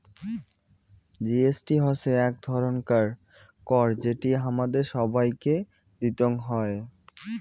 GST হসে এক ধরণকার কর যেটি হামাদের সবাইকে দিতং হই